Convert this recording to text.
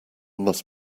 must